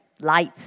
light